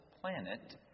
planet